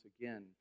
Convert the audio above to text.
again